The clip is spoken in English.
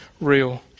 real